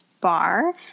bar